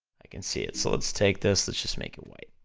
i can see it, so let's take this, let's just make it white,